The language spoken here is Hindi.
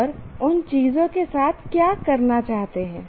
और उन चीजों के साथ क्या करना चाहते हैं